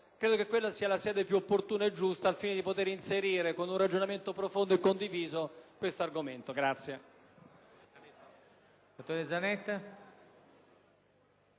credo che quella sia la sede più opportuna e giusta al fine di poter prevedere, con un ragionamento profondo e condiviso, questo argomento.